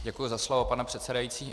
Děkuji za slovo, pane předsedající.